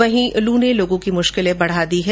वहीं लू ने लोगों की मुश्किलें बढ़ा दी हैं